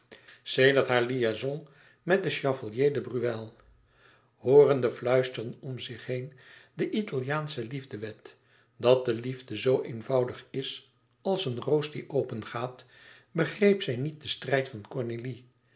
sedert haar liaison met den chevalier de breuil hoorende fluisteren om zich heen de italiaansche liefdewet dat de liefde zoo eenvoudig is als een roos die opengaat begreep zij niet den strijd van cornélie